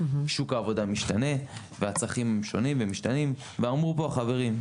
שוק העבודה משתנה והצרכים הם שונים ומשתנים ואמרו פה החברים,